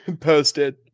posted